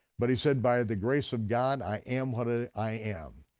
but he said, by the grace of god, i am what ah i am.